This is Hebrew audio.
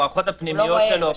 במערכות הפנימיות שלו,